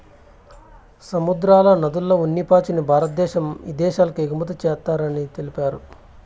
సముద్రాల, నదుల్ల ఉన్ని పాచిని భారద్దేశం ఇదేశాలకు ఎగుమతి చేస్తారని తెలిపారు